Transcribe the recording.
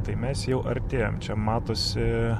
tai mes jau artėjam čia matosi